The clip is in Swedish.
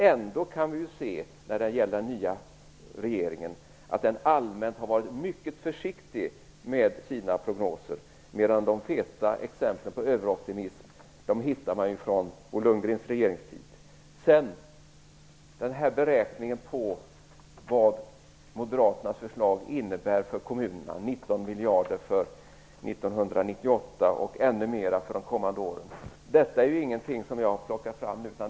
Ändå kan vi ju, när det gäller den nya regeringen, se att den allmänt har varit mycket försiktig med sina prognoser. De feta exemplen på överoptimism hittar man ju från Bo Sedan till den här beräkningen av vad Moderaternas förslag innebär för kommuner - 19 miljarder kronor för 1998, och ännu mer för kommande år. Detta är inget som jag har plockat fram.